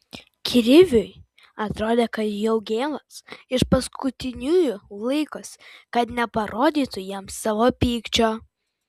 kriviui atrodė kad jaugėlas iš paskutiniųjų laikosi kad neparodytų jiems savo pykčio